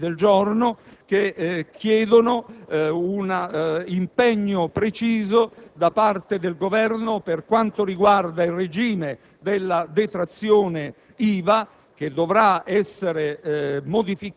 Abbiamo presentato anche altri ordini del giorno per chiedere un impegno preciso da parte del Governo per quanto riguarda il regime della detrazione IVA